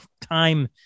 time